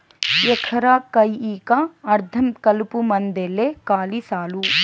ఎకరా కయ్యికా అర్థం కలుపుమందేలే కాలి సాలు